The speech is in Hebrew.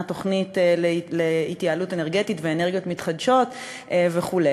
תוכנית להתייעלות אנרגטית ואנרגיות מתחדשות וכו'.